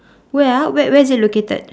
where ah where where is it located